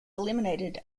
eliminated